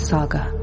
Saga